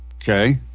Okay